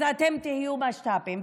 אז אתם תהיו משת"פים.